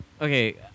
okay